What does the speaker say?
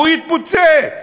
והוא יתפוצץ,